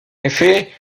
effet